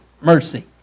Mercy